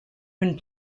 when